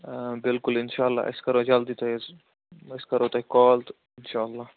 آ بِلکُل اِنشااللہ أسۍ کرو جلدی تۄہہِ حَظ أسۍ کرو تۄہہِ کال تہٕ اِنشااللہ